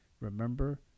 Remember